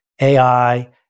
AI